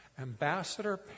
Ambassador